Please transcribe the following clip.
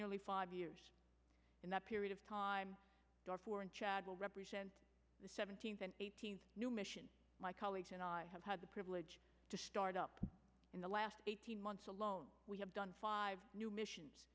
nearly five years in that period of time darfur in chad will represent the seventeenth and eighteenth new mission my colleagues and i have had the privilege to start up in the last eighteen months alone we have done five new missions